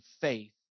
faith